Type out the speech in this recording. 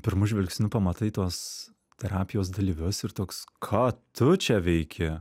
pirmu žvilgsniu pamatai tuos terapijos dalyvius ir toks ką tu čia veiki